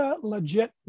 legit